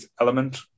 element